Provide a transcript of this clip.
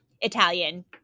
Italian